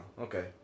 okay